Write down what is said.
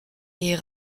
est